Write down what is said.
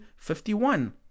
51